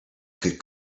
could